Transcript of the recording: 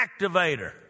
activator